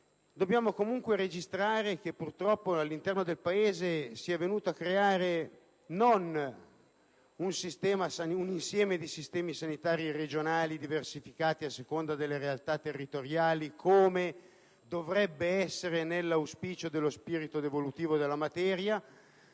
dobbiamo registrare che, purtroppo, all'interno del Paese si sono venuti a creare, non un insieme di sistemi sanitari regionali diversificati a seconda delle realtà territoriali, come avrebbe dovuto essere nell'auspicio dello spirito di devoluzione della materia,